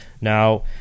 Now